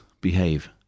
behave